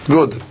Good